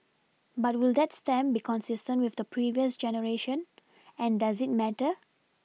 but will that stamp be consistent with the previous generation and does it matter